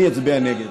אני אצביע נגד.